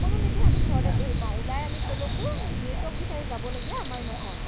সকলো নেটেই আমি ঘৰতে বহি পাওঁ ওলাই আমি ক'লৈকো নেটৱৰ্ক বিচাৰি যাবলগীয়া আমৰ নহয়